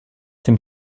dem